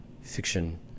fiction